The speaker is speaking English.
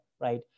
right